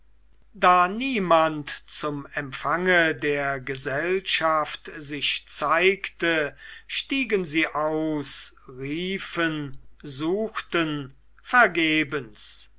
da niemand zum empfange der gesellschaft sich zeigte stiegen sie aus riefen suchten vergebens